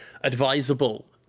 advisable